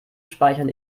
speichern